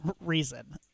reason